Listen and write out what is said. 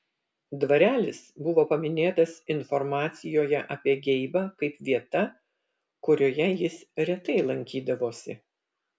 dvarelis buvo paminėtas informacijoje apie geibą kaip vieta kurioje jis retai lankydavosi